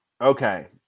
Okay